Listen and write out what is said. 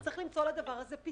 צריך היה למצוא מימון לדבר הזה.